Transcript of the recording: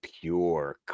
pure